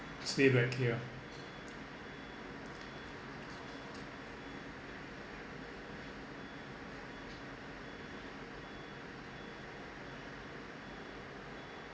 stay back here